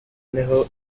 niho